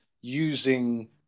using